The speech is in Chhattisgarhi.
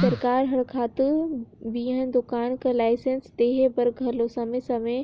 सरकार हर खातू बीहन दोकान कर लाइसेंस लेहे बर घलो समे समे